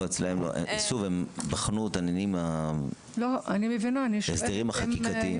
הם בחנו את ההסדרים החקיקתיים.